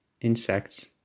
insects